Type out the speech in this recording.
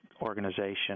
organization